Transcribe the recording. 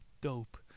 dope